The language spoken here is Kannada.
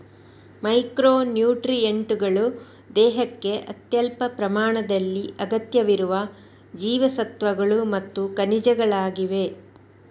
ಮೈಕ್ರೊ ನ್ಯೂಟ್ರಿಯೆಂಟುಗಳು ದೇಹಕ್ಕೆ ಅತ್ಯಲ್ಪ ಪ್ರಮಾಣದಲ್ಲಿ ಅಗತ್ಯವಿರುವ ಜೀವಸತ್ವಗಳು ಮತ್ತು ಖನಿಜಗಳಾಗಿವೆ